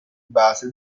base